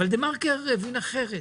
אבל דה-מרקר הבין אחרת.